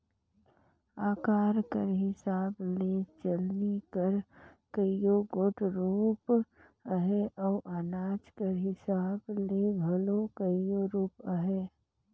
अकार कर हिसाब ले चलनी कर कइयो गोट रूप अहे अउ अनाज कर हिसाब ले घलो कइयो रूप अहे